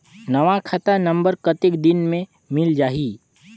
नवा खाता नंबर कतेक दिन मे मिल जाही?